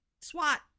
SWAT